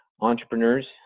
entrepreneurs